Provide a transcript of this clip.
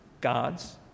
God's